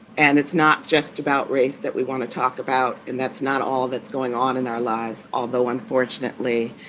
and it's not just about race that we want to talk about. and that's not all that's going on in our lives, although unfortunately,